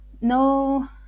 no